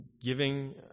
giving